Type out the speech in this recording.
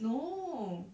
no